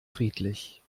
friedlich